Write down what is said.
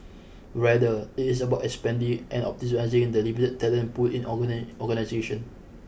rather it is about expanding and optimising the limited talent pool in organisation